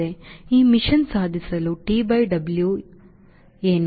ಈ ಮಿಷನ್ ಸಾಧಿಸಲು TW ಏನು